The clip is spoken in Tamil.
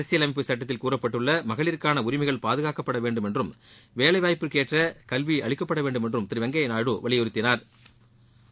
அரசியலமைப்புச் சட்டத்தில் கூறப்பட்டுள்ள மகளிருக்கான உரிமைகள் பாதுகாக்கப்பட வேண்டுமென்றம் வேலைவாய்ப்புக்கேற்ற கல்வி அளிக்கப்பட வேண்டுமென்றும் திரு வெங்கையா நாயுடு வலியுறுத்தினாா்